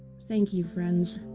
thank you friends,